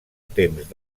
temps